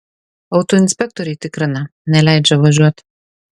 autoinspektoriai tikrina neleidžia važiuot